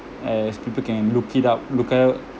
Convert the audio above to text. as people can look it up look out